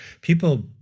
People